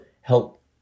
help